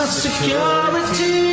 security